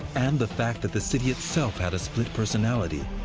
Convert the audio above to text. and the fact that the city itself had a split personality.